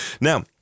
Now